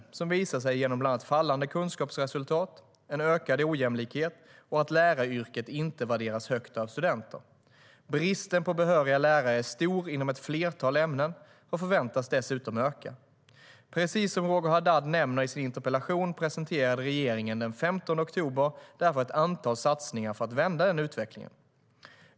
Dessa visar sig bland annat genom fallande kunskapsresultat, en ökad ojämlikhet och att läraryrket inte värderas högt av studenter. Bristen på behöriga lärare är stor inom ett flertal ämnen och förväntas dessutom öka. Precis som Roger Haddad nämner i sin interpellation presenterade regeringen den 15 oktober därför ett antal satsningar för att vända den utvecklingen.